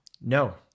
no